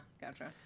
gotcha